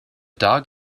dog